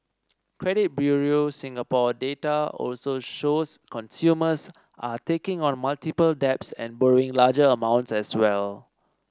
credit Bureau Singapore data also shows consumers are taking on multiple debts and borrowing larger amounts as well